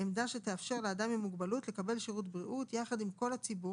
עמדה שתאפשר לאדם עם מוגבלות לקבל שירות בריאות יחד עם כל הציבור,